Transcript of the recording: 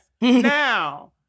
Now